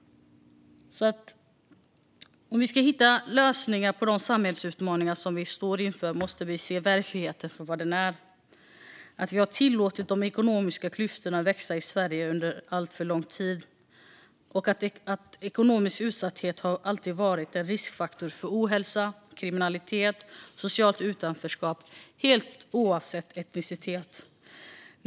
Om vi ska hitta lösningar på de samhällsutmaningar som vi står inför måste vi se verkligheten som den är, se att vi har låtit de ekonomiska klyftorna växa i Sverige under alltför lång tid och att ekonomisk utsatthet alltid varit en riskfaktor för ohälsa, kriminalitet och socialt utanförskap - helt oavsett etnicitet.